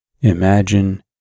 Imagine